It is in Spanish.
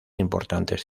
importantes